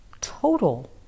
total